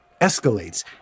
escalates